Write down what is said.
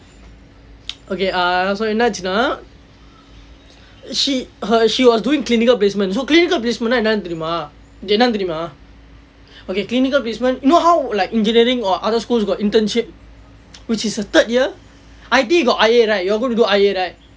okay err so என்ன ஆகியதுனா:enna aakiyathunaa she her she was doing clinical placements so clinical placement நா என்னதுனு தெரியுமா என்னனு தெரியுமா:naa ennathunu theriyummaa ennanu theriyummaa okay clinical placement you know how like engineering or other schools got internship which is the third year I_T got I eight right you all gonna do I eight right